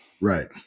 right